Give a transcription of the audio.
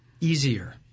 easier